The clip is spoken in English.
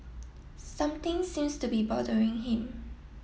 something seems to be bothering him